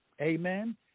amen